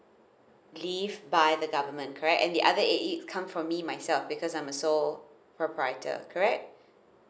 leave by the government correct and the other eight leave come from me myself because I'm a sole proprietor correct